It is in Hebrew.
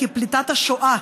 כפליטת השואה,